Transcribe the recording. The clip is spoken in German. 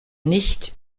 nicht